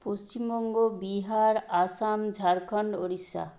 Paschimbanga Bihar Assam Jharkhand Orissa